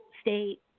state